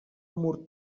mur